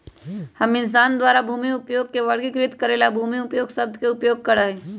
हम इंसान द्वारा भूमि उपयोग के वर्गीकृत करे ला भूमि उपयोग शब्द के उपयोग करा हई